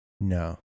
No